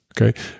Okay